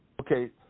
Okay